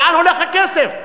לאן הולך הכסף?